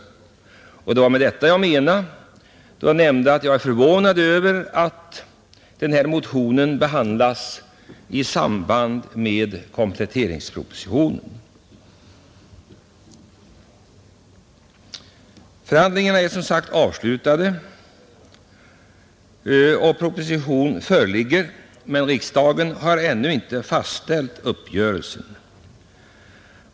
Det var detta jag menade när jag nämnde att jag är förvånad över att motionen behandlas i samband med kompletteringspropositionen. Förhandlingarna är som sagt avslutade och proposition föreligger, men riksdagen har ännu inte fastställt uppgörelsen.